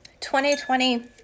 2020